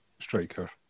Striker